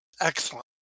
Excellent